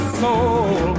soul